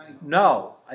No